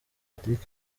patrick